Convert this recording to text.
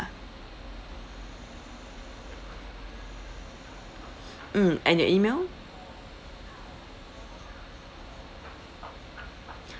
mm and you email